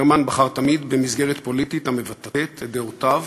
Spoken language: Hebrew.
ברמן בחר תמיד במסגרת פוליטית המבטאת את דעותיו